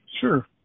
sure